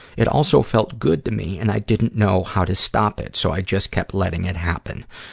it also felt good to me and i didn't know how to stop it, so i just kept letting it happen.